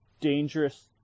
dangerous